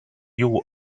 you